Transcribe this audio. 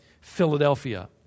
Philadelphia